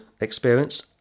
experience